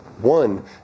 one